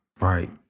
Right